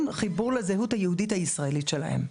חיבור לזהות היהודית הישראלית שלהם.